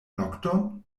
nokton